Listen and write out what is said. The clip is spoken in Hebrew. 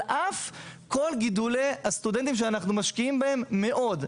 אף כל גידולי הסטודנטים שאנחנו משקיעים בהם מאוד,